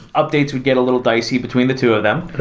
updates would get a little dicey between the two of them,